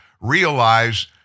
realize